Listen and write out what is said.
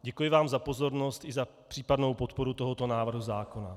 Děkuji vám za pozornost i za případnou podporu tohoto návrhu zákona.